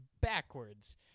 backwards